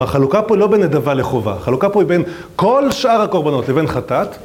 החלוקה פה היא לא בין נדבה לחובה, החלוקה פה היא בין כל שאר הקורבנות לבין חטאת.